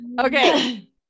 okay